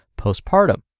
postpartum